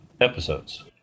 episodes